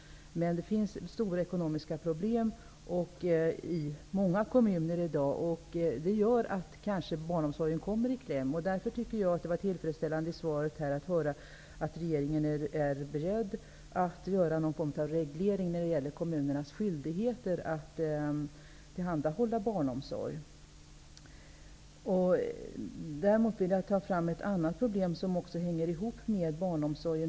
Men det finns stora ekonomiska problem i många kommuner i dag, och det gör att barnomsorgen kanske kommer i kläm. Därför tycker jag att det var tillfredsställande att i svaret höra att regeringen är beredd till någon form av reglering när det gäller kommunernas skyldigheter att tillhandahålla barnomsorg. Däremot vill jag ta fram ett annat problem som hänger samman med barnomsorgen.